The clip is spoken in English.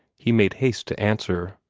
he made haste to answer.